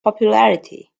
popularity